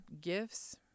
gifts